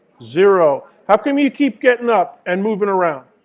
zero. how come you keep getting up and moving around?